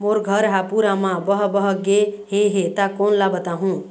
मोर घर हा पूरा मा बह बह गे हे हे ता कोन ला बताहुं?